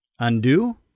Undo